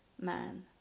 man